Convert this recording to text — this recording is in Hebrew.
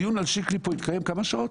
הדיון על שיקלי התקיים כמה שעות?